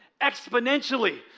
Exponentially